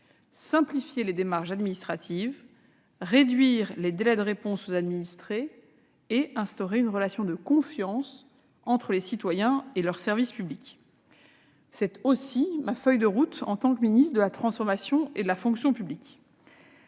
simplifier les démarches administratives, réduire les délais de réponse aux administrés et instaurer une relation de confiance entre les citoyens et leurs services publics. C'est aussi ma feuille de route, en tant que ministre de la transformation et de la fonction publiques.